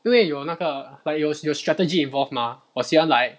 因为有那个 like 有有 strategy involved mah 我喜欢 like